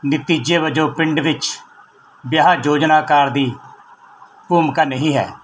ਨਤੀਜੇ ਵਜੋਂ ਪਿੰਡ ਵਿੱਚ ਵਿਆਹ ਯੋਜਨਾਕਾਰ ਦੀ ਭੂਮਿਕਾ ਨਹੀਂ ਹੈ